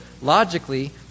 logically